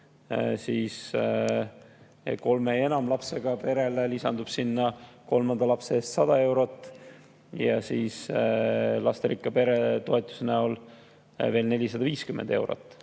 siis kolme ja enama lapsega perele lisandub sinna kolmanda lapse eest 100 eurot ja lasterikka pere toetuse näol veel 450 eurot.